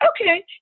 okay